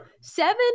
Seven